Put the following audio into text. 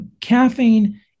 Caffeine